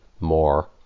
more